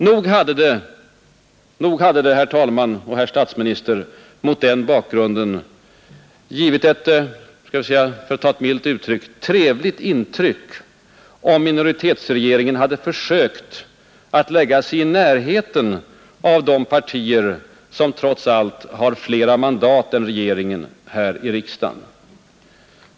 Nog hade det, herr talman och herr statsminister, mot den bakgrunden gjort ett — för att använda ett milt uttryckssätt — trevligt intryck om minoritetsregeringen hade försökt att lägga sig i närheten av de partier som trots allt har flera mandat än regeringspartiet här i riksdagen.